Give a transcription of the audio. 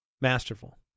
masterful